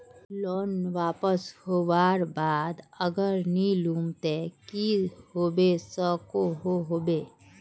Loan pass होबार बाद अगर नी लुम ते की होबे सकोहो होबे?